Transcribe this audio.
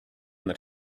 that